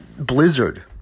Blizzard